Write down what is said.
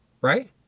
Right